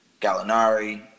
Gallinari